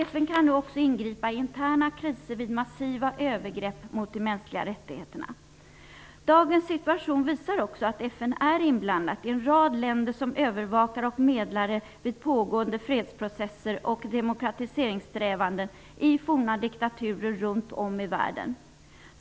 FN kan nu också ingripa i interna kriser vid massiva övergrepp mot de mänskliga rättigheterna. Dagens situation visar också att FN är inblandat i en rad länder som övervakare och medlare vid pågående fredsprocesser och demokratiseringssträvanden i forna diktaturer runt om i världen.